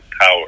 power